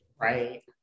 Right